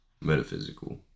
Metaphysical